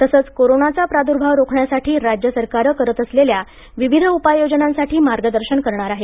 तसंच कोरोनाचा प्रादूर्भाव रोखण्यासाठी राज्य सरकारं करत असलेल्या विविध उपाय योजनांसाठी मार्गदर्शन करणार आहे